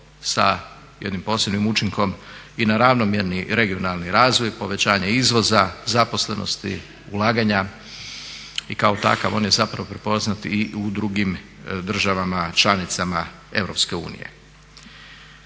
sa jednim posebnim učinkom i na ravnomjerni regionalni razvoj, povećanje izvoza, zaposlenosti, ulaganja i kao takav on je zapravo prepoznat i u drugim državama članicama